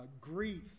grief